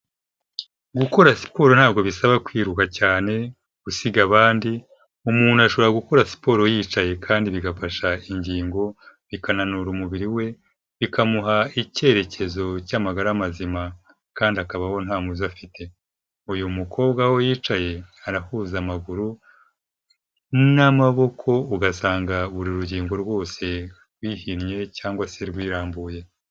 Gukora siporo ntabwo bisaba kwiruka cyane, gusiga abandi, umuntu ashobora gukora siporo yicaye kandi bigafasha ingingo, bikananura umubiri we, bikamuha icyerekezo cy'amagara mazima ,kandi akabaho nta muze afite. Uyu mukobwa we aho yicaye, arahuza amaguru n'amaboko ,ugasanga buri rugingo rwose rwihinnye, cyangwa se rwirambuye.